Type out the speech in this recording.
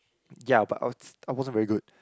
ya but I was I wasn't very good